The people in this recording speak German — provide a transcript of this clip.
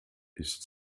ist